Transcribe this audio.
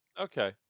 Okay